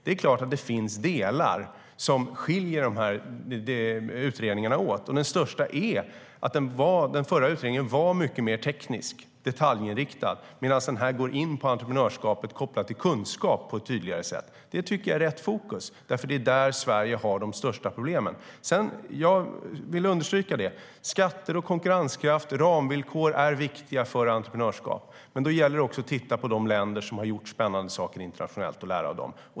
Det är klart att det finns delar som skiljer utredningarna åt. Den största skillnaden är att den förra utredningen var mycket mer teknisk och detaljinriktad. Den här utredningen går på ett tydligare sätt in på entreprenörskap kopplad till kunskap. Det är rätt fokus eftersom det är där Sverige har de största problemen. Jag vill understryka att skatter, konkurrenskraft och ramvillkor är viktiga för entreprenörskap. Då gäller det att titta på de länder som har gjort spännande saker internationellt och lära av dem.